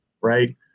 Right